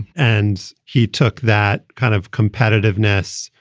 and he took that kind of competitiveness,